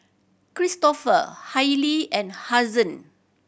Kristofer Hailie and Hazen